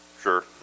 Sure